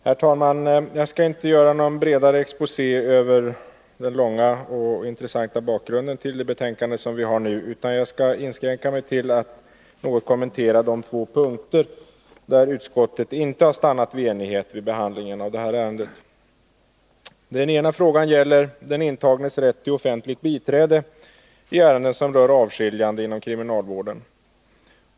Herr talman! Jag skall inte göra någon bredare exposé över den långa och intressanta bakgrunden till det betänkande vi nu behandlar, utan jag skall inskränka mig till att något kommentera de två punkter där utskottet inte har Den ena frågan gäller den intagnes rätt till offentligt biträde i ärenden som rör avskiljande inom kriminalvården.